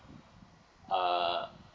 err